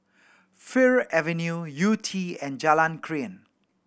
Fir Avenue Yew Tee and Jalan Krian